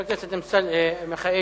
חבר הכנסת מיכאלי,